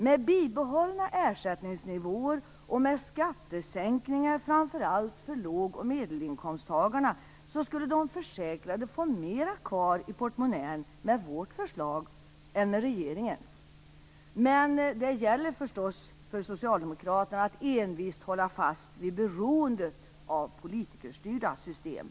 Med bibehållna ersättningsnivåer och med hjälp av skattesänkningar framför allt för låg och medelinkomsttagarna, skulle de försäkrade få mer kvar i portmonnän med vårt förslag än med regeringens. Men det gäller förstås för socialdemokraterna att envist hålla fast vid beroendet av politikerstyrda system.